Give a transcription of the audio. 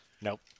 Nope